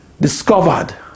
discovered